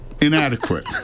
inadequate